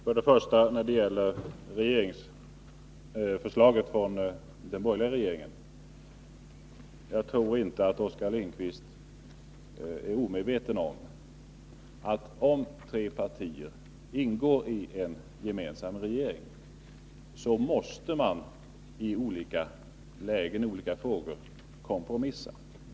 Fru talman! När det gäller förslaget från den borgerliga regeringen tror jag inte att Oskar Lindkvist är omedveten om att om tre partier ingår i en gemensam regering, så måste man i olika lägen i olika frågor kompromissa.